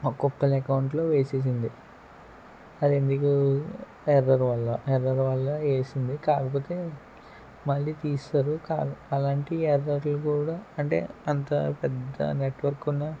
ఒక్కొక్కలు ఎకౌంట్లో వేసేసింది అది ఎందుకు ఎర్రర్ వల్ల ఎర్రర్ వల్ల వేసింది కాకపోతే మళ్లీ తీసేసారు అలాంటిది ఎర్రర్లు కూడా అంటే అంత పెద్ద నెట్వర్క్ ఉన్న